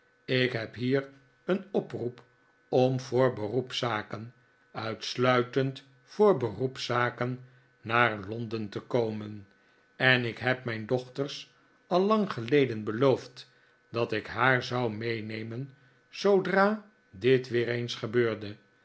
ik heb hier een oproep om voor beroepszaken uitsluitend voor beroepszaken naar londen te komen en ik heb mijn dochters al lang geleden beloofd dat ik haar zou meenemen zoodra dit weer eens gebeurde